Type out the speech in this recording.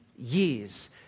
Years